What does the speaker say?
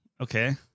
Okay